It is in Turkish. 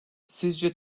sizce